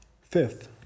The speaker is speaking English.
Fifth